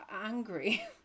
angry